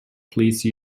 please